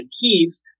keys